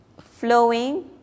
flowing